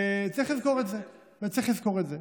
צריך לזכור את זה, צריך לזכור את זה.